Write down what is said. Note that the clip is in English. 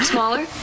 Smaller